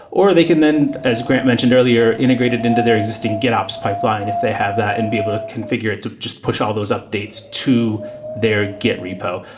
or they can then, as grant mentioned earlier, integrate it into their existing gitops pipeline if they have that and be able to configure it to just push all those updates to their git repo.